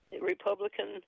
republican